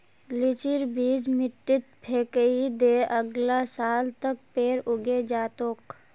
लीचीर बीज मिट्टीत फेकइ दे, अगला साल तक पेड़ उगे जा तोक